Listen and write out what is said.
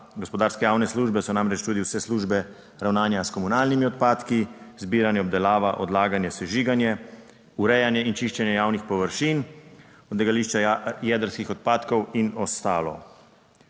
Gospodarske javne službe so namreč tudi vse službe ravnanja s komunalnimi odpadki zbiranje, obdelava, odlaganje, sežiganje, urejanje in čiščenje javnih površin, odlagališča jedrskih odpadkov in ostalo.